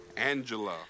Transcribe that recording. Angela